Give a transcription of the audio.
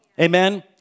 Amen